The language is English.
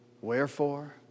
wherefore